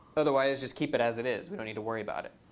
otherwise, just keep it as it is. we don't need to worry about it.